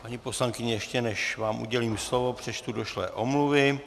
Paní poslankyně, ještě než vám udělím slovo, přečtu došlé omluvy.